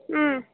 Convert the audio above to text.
ம்